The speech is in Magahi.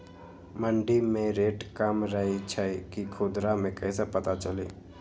मंडी मे रेट कम रही छई कि खुदरा मे कैसे पता चली?